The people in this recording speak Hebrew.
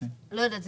יודעת.